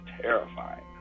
terrifying